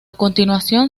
continuación